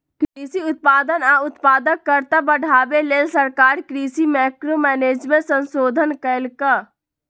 कृषि उत्पादन आ उत्पादकता बढ़ाबे लेल सरकार कृषि मैंक्रो मैनेजमेंट संशोधन कएलक